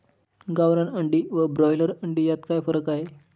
गावरान अंडी व ब्रॉयलर अंडी यात काय फरक आहे?